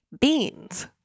beans